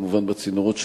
כמובן בצינורות שלי,